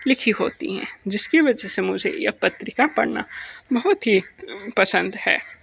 लिखी होती हैं जिसकी वजह से मुझे यह पत्रिका पढ़ना बहुत ही पसंद है